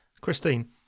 Christine